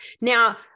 now